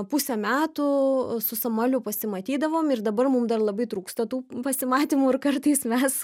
pusę metų su samueliu pasimatydavom ir dabar mum dar labai trūksta tų pasimatymų ir kartais mes